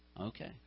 okay